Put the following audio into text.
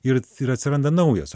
ir ir atsiranda naujas